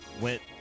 went